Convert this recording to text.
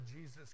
Jesus